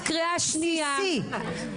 זכות בסיסית.